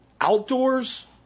Outdoors